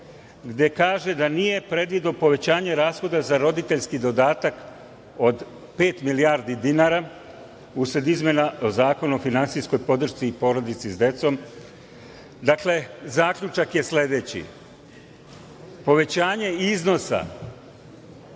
gde kaže da nije predvideo povećanje rashoda za roditeljski dodatak od pet milijardi dinara usled izmena Zakona o finansijskom podršci porodicama sa decom. Dakle, zaključak je sledeći – povećanje iznosa